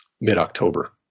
mid-October